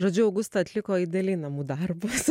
žodžiu augusta atliko idealiai namų darbus